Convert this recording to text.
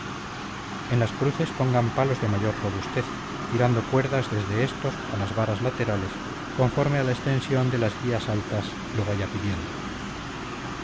en las cruces pongan palos de mayor robustez tirando cuerdas desde estos a las varas laterales conforme la extensión de las guías altas lo vaya pidiendo